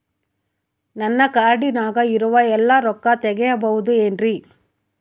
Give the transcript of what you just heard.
ನನ್ನ ಕಾರ್ಡಿನಾಗ ಇರುವ ಎಲ್ಲಾ ರೊಕ್ಕ ತೆಗೆಯಬಹುದು ಏನ್ರಿ?